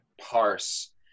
parse